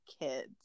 kids